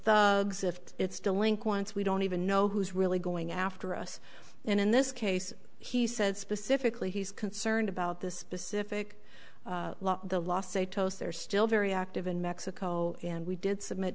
exist it's delinquents we don't even know who's really going after us and in this case he said specifically he's concerned about this specific law the law say toaster still very active in mexico and we did submit